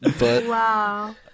Wow